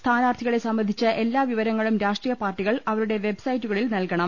സ്ഥാനാർത്ഥികളെ സംബന്ധിച്ച എല്ലാ വിവരങ്ങളും രാഷ്ട്രീയ പാർട്ടികൾ അവരുടെ വെബ് സൈറ്റുകളിൽ നൽകണം